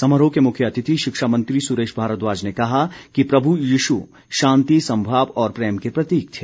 समारोह के मुख्य अतिथि शिक्षामंत्री सुरेश भारद्वाज ने कहा कि प्रभ् यीशु शांति सम्भाव और प्रेम के प्रतीक थे